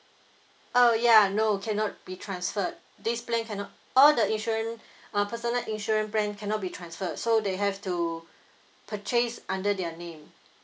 oh ya no cannot be transferred this plan cannot all the insurance uh personal insurance plan cannot be transferred so they have to purchase under their name